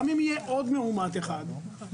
גם אם יהיה עוד מאומת אחד בבדיקות,